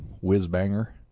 whiz-banger